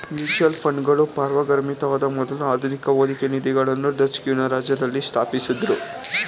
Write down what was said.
mutual ಫಂಡ್ಗಳು ಪೂರ್ವಗಾಮಿಯಾದ ಮೊದ್ಲ ಆಧುನಿಕ ಹೂಡಿಕೆ ನಿಧಿಗಳನ್ನ ಡಚ್ ಗಣರಾಜ್ಯದಲ್ಲಿ ಸ್ಥಾಪಿಸಿದ್ದ್ರು